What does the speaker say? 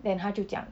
then 他就讲